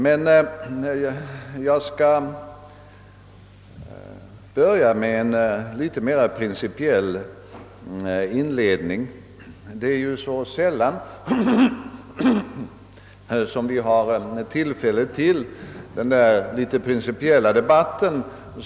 Jag skall emellertid börja med en något mera principiell inledning — det är så sällan som vi har tillfälle att föra en principiell debatt.